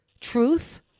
truth